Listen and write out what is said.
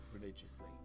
religiously